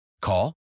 Call